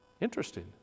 Interesting